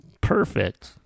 Perfect